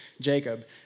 Jacob